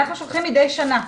אנחנו שולחים מדי שנה.